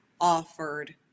offered